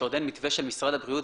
שעוד אין מתווה של משרד הבריאות,